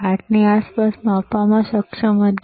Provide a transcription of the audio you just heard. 8 ની આસપાસ માપવામાં સક્ષમ હતા